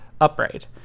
upright